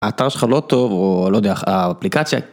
האתר שלך לא טוב, האפליקציה.